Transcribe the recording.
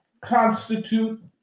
constitute